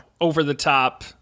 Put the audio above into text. over-the-top